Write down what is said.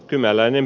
kymäläinen